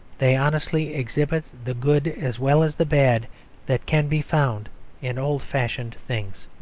they honestly exhibit the good as well as the bad that can be found in old-fashioned things.